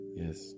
yes